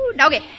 Okay